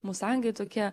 musangai tokie